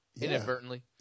Inadvertently